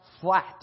flat